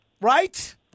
right